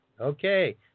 Okay